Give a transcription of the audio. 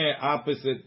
opposite